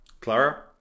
Clara